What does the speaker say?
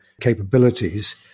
capabilities